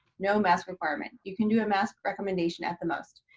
no mask requirement. you can do a mask recommendation at the most.